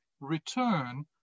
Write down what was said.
return